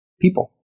people